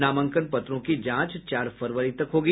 नामांकन पत्रों की जांच चार फरवरी तक होगी